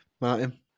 Martin